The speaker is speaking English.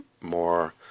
more